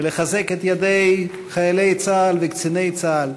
ולחזק את ידי חיילי צה"ל וקציני צה"ל,